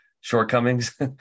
shortcomings